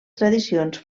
tradicions